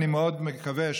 אני מאוד מקווה,